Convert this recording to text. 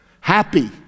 happy